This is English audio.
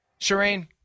Shireen